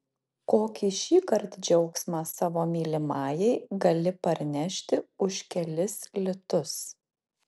kokį šįkart džiaugsmą savo mylimajai gali parnešti už kelis litus